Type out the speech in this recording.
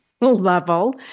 level